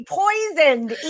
poisoned